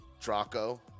Draco